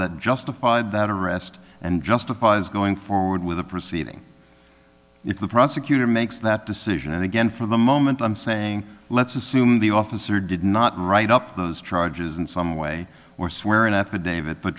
that justified that arrest and justifies going forward with a proceeding if the prosecutor makes that decision and again for the moment i'm saying let's assume the officer did not write up those charges in some way or swear an affidavit but